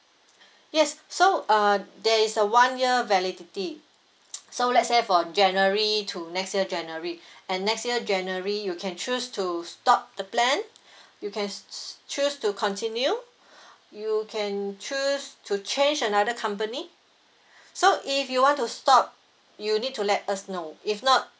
yes so uh there is a one year validity so let's say for january to next year january and next year january you can choose to stop the plan you can choose to continue you can choose to change another company so if you want to stop you need to let us know if not